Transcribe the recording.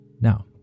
Now